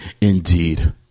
indeed